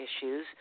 issues